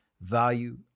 value